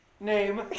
Name